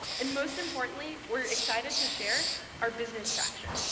and most importantly, we're excited to share our business traction.